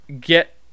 get